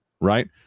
right